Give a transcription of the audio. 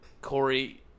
Corey